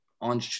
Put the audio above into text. on